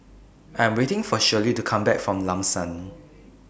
I'm waiting For Shirley to Come Back from Lam San